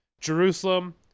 jerusalem